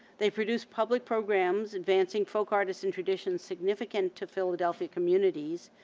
they produce public programs, advancing folk artists and traditions significant to philadelphia communities,